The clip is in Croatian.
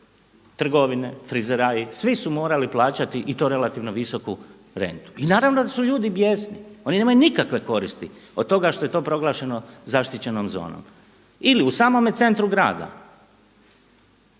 trgovine, frizeraji, svi su morali plaćati i to relativno visoku rentu. I naravno da su ljudi bijesni, oni nemaju nikakve koristi od toga što je to proglašeno zaštićenom zonom. Ili u samome centru grada.